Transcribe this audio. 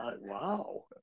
wow